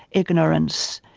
ignorance,